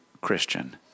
Christian